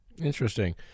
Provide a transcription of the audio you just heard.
Interesting